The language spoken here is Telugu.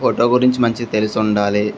ఫోటో గురించి మంచిగ తెలిసుండాలి